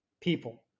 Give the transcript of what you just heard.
people